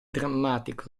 drammatico